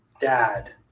dad